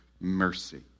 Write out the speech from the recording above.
mercy